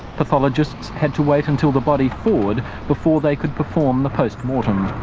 pathologists had to wait until the body thawed before they could perform the post mortem.